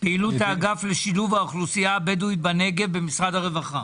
פעילות האגף לשילוב האוכלוסייה הבדואית בנגב במשרד הרווחה.